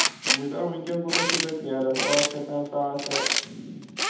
نَہ بہٕ چھُس دَپان وٕنۍکٮ۪ن کوٗتاہ چھُو تۄہہِ پھیرَس ٲٹھ شَتھ ہا ساس ہا